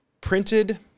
printed